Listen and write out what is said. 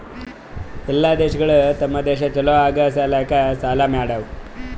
ಎಲ್ಲಾ ದೇಶಗೊಳ್ ತಮ್ ದೇಶ ಛಲೋ ಆಗಾ ಸಲ್ಯಾಕ್ ಸಾಲಾ ಮಾಡ್ಯಾವ್